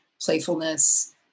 playfulness